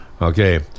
okay